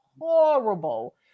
horrible